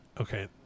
okay